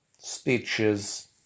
speeches